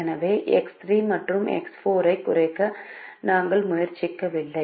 எனவே X 3 மற்றும் X 4 ஐக் குறைக்க நாங்கள் முயற்சிக்கவில்லை